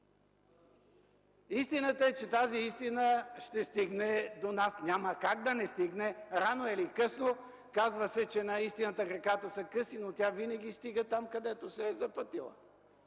Истината е, че тази истина ще стигне до нас, няма как, рано или късно, да не стигне. Казва се, че на истината краката са къси, но тя винаги стига там, където се е запътила.